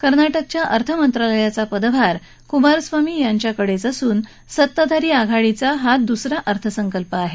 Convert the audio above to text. कर्नाटकाच्या अर्थ मंत्रालयाचा पदभार कुमारस्वामी यांच्याकडेच असून सत्ताधारी आघाडी सरकारचा हा दुसरा अर्थसंकल्प आहे